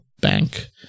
Bank